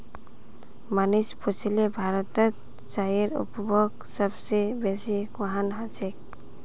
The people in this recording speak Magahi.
मनीष पुछले भारतत चाईर उपभोग सब स बेसी कुहां ह छेक